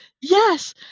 Yes